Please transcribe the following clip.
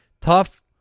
tough